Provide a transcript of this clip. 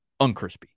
uncrispy